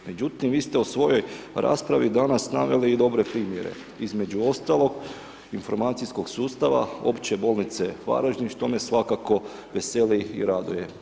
Međutim vi ste u svojoj raspravi danas naveli i dobre primjere, između ostalog informacijskog sustava, Opće bolnice Varaždin, što me svakako veseli i raduje.